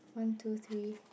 one two three